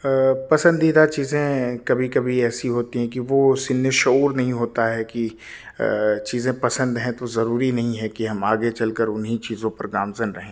پسندیدہ چیزیں کبھی کبھی ایسی ہوتی ہیں کہ وہ سن شعور نہیں ہوتا ہے کہ چیزیں پسند ہیں تو ضروری نہیں ہے کہ ہم آگے چل کر انہیں چیزوں پر گامزن رہیں